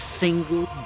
single